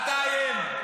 אל תאיים.